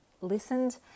listened